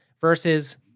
versus